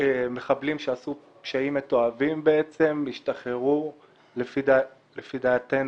מחבלים שעשו פשעים מתועבים ישתחררו - לפי דעתנו,